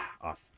Awesome